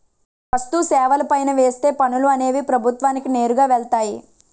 వస్తు సేవల పైన వేసే పనులు అనేవి ప్రభుత్వానికి నేరుగా వెళ్తాయి